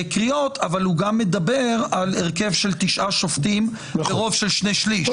קריאות אבל הוא גם מדבר על הרכב של תשעה שופטים ברוב של שני שליש.